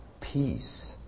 peace